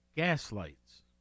Gaslights